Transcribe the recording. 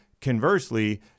Conversely